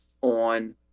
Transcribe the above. on